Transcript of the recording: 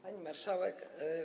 Pani Marszałek!